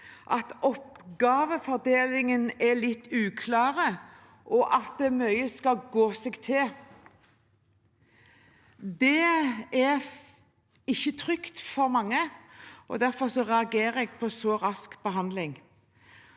at oppgavefordelingen er litt uklar, og at mye skal gå seg til. Det er ikke trygt for mange, og derfor reagerer jeg på så rask behandling.